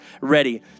ready